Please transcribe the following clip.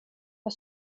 jag